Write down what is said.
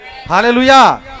Hallelujah